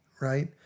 right